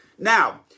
Now